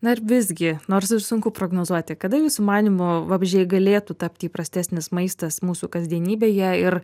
na ir visgi nors ir sunku prognozuoti kada jūsų manymu vabzdžiai galėtų tapti įprastesnis maistas mūsų kasdienybėje ir